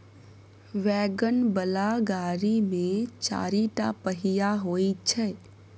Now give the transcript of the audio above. wagon बला गाड़ी मे चारिटा पहिया होइ छै